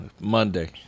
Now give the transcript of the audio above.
Monday